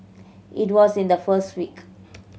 it was in the first week